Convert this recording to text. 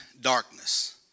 darkness